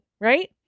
right